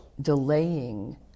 delaying